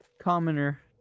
commoner